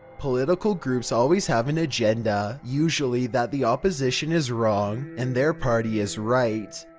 political groups always have an agenda usually that the opposition is wrong and their party is right.